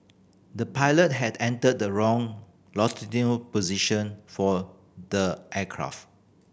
the pilot had entered the wrong longitudinal position for the aircraft